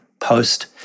post